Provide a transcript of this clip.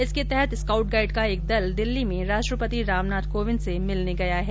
इसके तहत scout guide का एक दल दिल्ली में राष्ट्रपति रामनाथ कोविंद से मिलने गया है